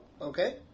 okay